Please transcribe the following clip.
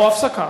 או הפסקה.